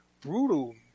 brutal